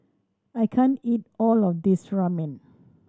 I can't eat all of this Ramen